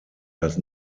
das